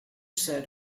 said